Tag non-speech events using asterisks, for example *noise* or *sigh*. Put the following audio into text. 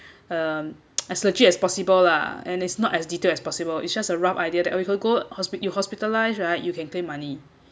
um *noise* as legit as possible lah and it's not as detailed as possible it's just a rough idea that we will go hospi~ you hospitalized right you can pay money